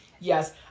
Yes